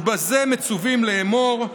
ובזה מצווים לאמור: